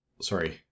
sorry